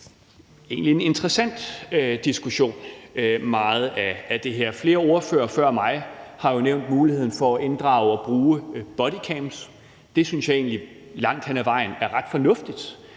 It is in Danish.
egentlig er en interessant diskussion. Flere ordførere før mig har jo nævnt muligheden for at bruge bodycams. Jeg synes egentlig langt hen ad vejen, at det er ret fornuftigt,